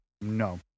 No